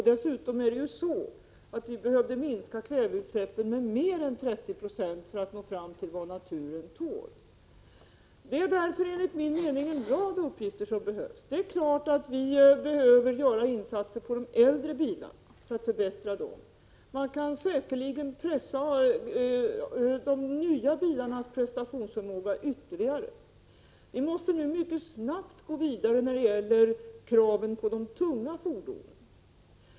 Dessutom skulle vi behöva minska kväveutsläppen med mer än 30 9 för att nå fram till vad naturen tål. Det är därför, enligt min mening, en rad uppgifter som behöver göras. Det är klart att vi behöver vidta åtgärder för att förbättra de äldre bilarna. Man kan säkerligen pressa de nya bilarnas prestationsförmåga ytterligare. Vi måste nu mycket snabbt gå vidare med kraven på de tunga fordonen.